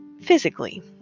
physically